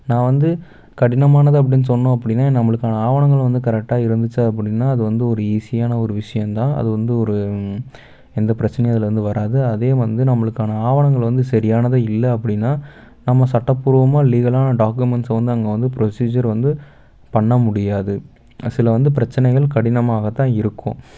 நா வந்து கடினமானது அப்டின்னு சொன்னோம் அப்டின்னா நம்மளுக்கான ஆவணங்கள் வந்து கரெட்டா இருந்திச்சு அப்படின்னா அது வந்த ஒரு ஈஸியான ஒரு விஷ்யந்தான் அது வந்து ஒரு எந்தப் பிரச்சனையும் அதுல இருந்து வராது அதே வந்து நம்மளுக்கான ஆவணங்கள் வந்து சரியானதாக இல்லை அப்படின்னா நம்ம சட்டப்பூர்வமாக லீகலான டாக்குமெண்ட்ஸை வந்து அங்கே வந்து புரோஸீசர் வந்து பண்ண முடியாது சில வந்து பிரச்சனைகள் கடினமாகத்தான் இருக்கும்